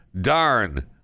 darn